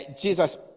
Jesus